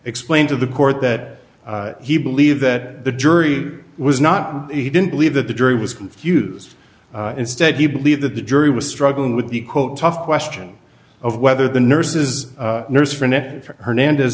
explained to the court that he believed that the jury was not he didn't believe that the jury was confused instead you believe that the jury was struggling with the quote tough question of whether the nurses nurse fern